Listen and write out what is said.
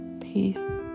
Peace